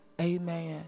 amen